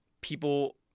people